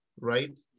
right